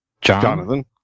Jonathan